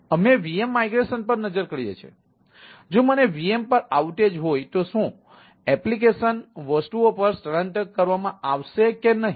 અમે VM migration હોય તો શું એપ્લિકેશન વસ્તુઓ પર સ્થળાંતર કરવામાં આવશે કે નહીં